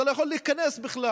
אתה לא יכול להיכנס בכלל,